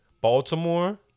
Baltimore